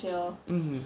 mm